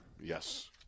Yes